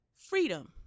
freedom